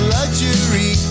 Luxury